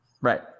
Right